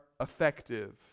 effective